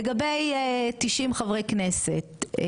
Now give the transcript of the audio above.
אנחנו ננסה, לגבי 90 חברי כנסת.